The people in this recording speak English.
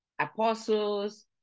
apostles